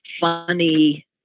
funny